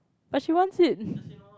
but she wants it